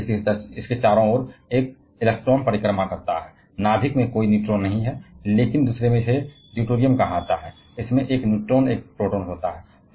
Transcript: और इसलिए उसके चारों ओर एक इलेक्ट्रॉन नाभिक में कोई न्यूट्रॉन नहीं है लेकिन दूसरे में जिसे ड्यूटेरियम कहा जाता है इसमें एक न्यूट्रॉन और एक प्रोटॉन होता है